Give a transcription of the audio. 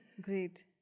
Great